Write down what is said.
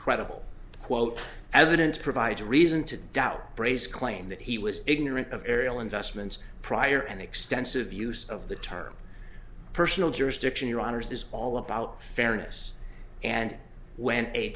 credible quote evidence provides a reason to doubt braze claim that he was ignorant of ariel investments prior an extensive use of the term personal jurisdiction your honour's is all about fairness and when a